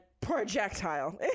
projectile